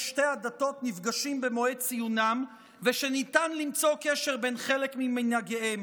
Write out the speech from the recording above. שתי הדתות נפגשים במועד ציונם ושניתן למצוא קשר בין חלק ממנהגיהם?